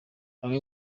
bamwe